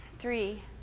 Three